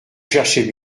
chercher